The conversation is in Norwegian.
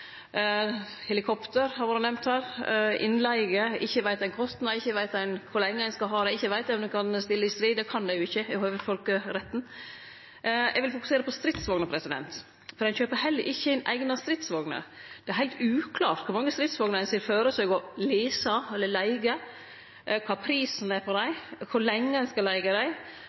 helikopter har vore nemnt her, men ikkje veit ein kostnad, ikkje veit ein kor lenge ein skal ha dei, ikkje veit ein om dei kan stille i strid – det kan dei ikkje, i høve til folkeretten. Eg vil fokusere på stridsvogner, for ein kjøper heller ikkje inn eigna stridsvogner. Det er heilt uklart kor mange stridsvogner ein ser føre seg å lease eller leige, kva prisen er på dei, kor lenge ein skal leige dei.